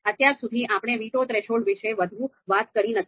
અત્યાર સુધી આપણે વીટો થ્રેશોલ્ડ વિશે વધુ વાત કરી નથી